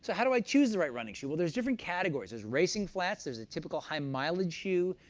so how do i choose the right running shoe? well, there's different categories. there's racing flats. there's the typical high mileage shoe.